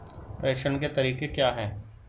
प्रेषण के तरीके क्या हैं?